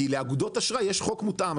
כי לאגודות אשראי יש חוק מותאם.